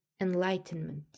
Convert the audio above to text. enlightenment